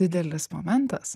didelis momentas